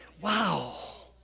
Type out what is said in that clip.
wow